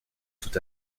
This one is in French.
tout